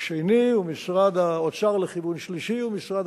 שני ומשרד האוצר לכיוון שלישי ומשרד